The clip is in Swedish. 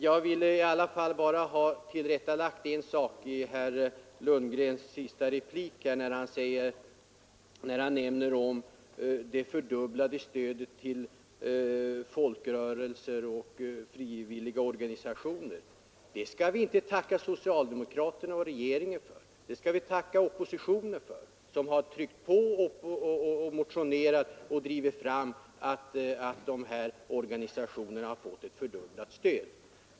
Jag vill bara ha tillrättalagt en sak i herr Lundgrens sista replik. Han nämnde om det fördubblade stödet till folkrörelser och frivilliga organisationer. Det skall vi inte tacka socialdemokraterna och regeringen för. Det skall vi tacka oppositionen för, som har motionerat och tryckt på så att dessa organisationer har fått ett fördubblat stöd.